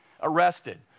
Arrested